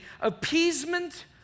appeasement